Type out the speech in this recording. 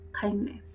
kindness